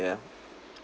ya